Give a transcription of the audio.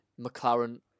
McLaren